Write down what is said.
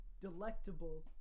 Delectable